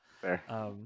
Fair